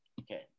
Okay